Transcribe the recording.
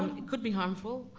it could be harmful.